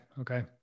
Okay